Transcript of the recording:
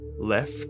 left